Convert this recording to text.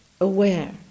aware